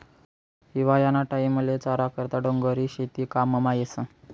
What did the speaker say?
हिवायाना टाईमले चारा करता डोंगरी शेती काममा येस